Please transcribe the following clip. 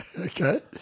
Okay